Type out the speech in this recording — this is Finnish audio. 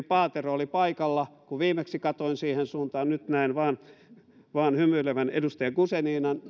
paatero oli paikalla kun viimeksi katsoin siihen suuntaan nyt näen vain hymyilevän edustaja guzeninan